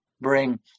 bring